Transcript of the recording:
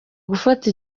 gufata